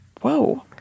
whoa